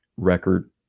record